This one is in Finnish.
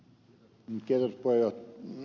arvoisa puhemies